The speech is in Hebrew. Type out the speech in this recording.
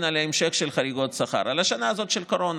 מההמשך של חריגות השכר בשנה הזאת של הקורונה.